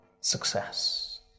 success